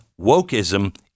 Wokeism